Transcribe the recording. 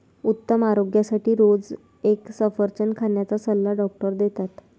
उत्तम आरोग्यासाठी रोज एक सफरचंद खाण्याचा सल्ला डॉक्टर देतात